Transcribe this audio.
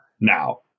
now